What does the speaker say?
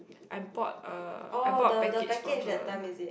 I bought a I bought a package for her